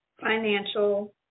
financial